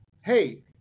Hey